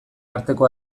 arteko